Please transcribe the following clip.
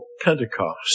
Pentecost